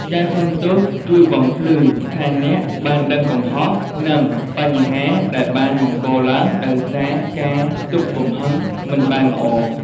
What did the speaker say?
ការសុំទោសជួយបំភ្លឺថាអ្នកបានដឹងកំហុស និងបញ្ហាដែលបានបង្កឡើយដោយសារការទប់កំហឹងមិនបានល្អ។